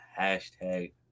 Hashtag